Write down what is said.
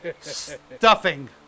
stuffing